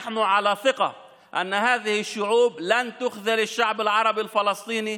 יש לנו ביטחון שהעמים האלה לא ינטשו את העם הערבי הפלסטיני,